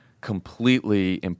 completely